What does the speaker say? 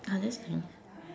ah that's